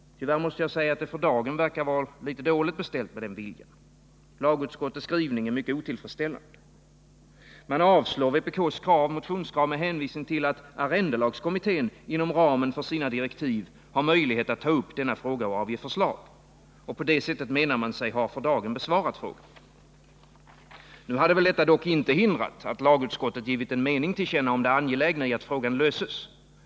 Tyvärr måste jag säga att det för dagen verkar vara litet dåligt beställt med den viljan. Lagutskottets skrivning är mycket otillfredsställande. Man avstyrker vpk:s krav med hänvisning till att arrendelagskommittén inom ramen för sina direktiv har möjlighet att ta upp denna fråga och avge förslag. På det sättet menar man sig ha för dagen besvarat frågan. Nu hade väl detta dock inte hindrat att lagutskottet givit en mening till känna om det angelägna i att frågan löses.